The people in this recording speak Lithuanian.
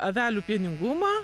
avelių pieningumą